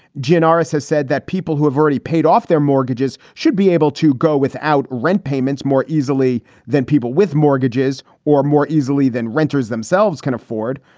janoris has said that people who have already paid off their mortgages should be able to go without rent payments more easily than people with mortgages or more easily than renters themselves can afford.